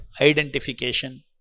identification